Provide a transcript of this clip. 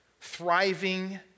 thriving